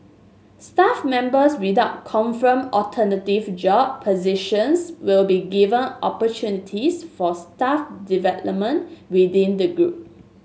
staff members without confirmed alternative job positions will be given opportunities for staff development within the group